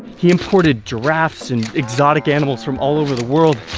he imported giraffes and exotic animals from all over the world,